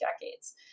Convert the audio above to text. decades